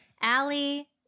Allie